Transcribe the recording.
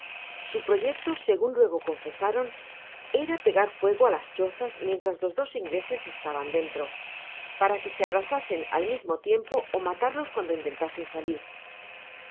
su proyecto segun luego confesaron era pegar fuego á las chozas mientras los dos ingleses estaban dentro para que se abrasasen al mismo tiempo ó matarlos cuando intentasen salir